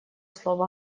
слово